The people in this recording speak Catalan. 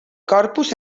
corpus